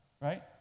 right